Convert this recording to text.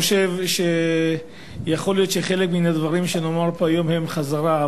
אני חושב שיכול להיות שחלק מן הדברים שנאמרו פה היום הם חזרה,